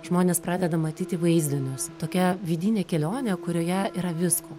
žmonės pradeda matyti vaizdinius tokia vidinė kelionė kurioje yra visko